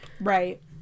right